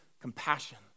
compassion